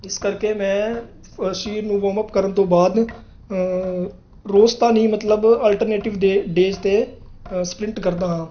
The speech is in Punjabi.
ਇਸ ਕਰਕੇ ਮੈਂ ਸਰੀਰ ਨੂੰ ਵੋਮਅਪ ਕਰਨ ਤੋਂ ਬਾਅਦ ਰੋਜ਼ ਤਾਂ ਨਹੀਂ ਮਤਲਬ ਅਲਟਰਨੇਟਿਵ ਡੇ ਡੇਜ਼ 'ਤੇ ਅ ਸਪਰਿੰਟ ਕਰਦਾ ਹਾਂ